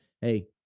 Hey